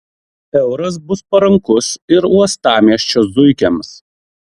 euras bus parankus ir uostamiesčio zuikiams